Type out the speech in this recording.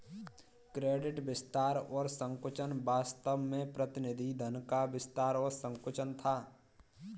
credit विस्तार और संकुचन वास्तव में प्रतिनिधि धन का विस्तार और संकुचन था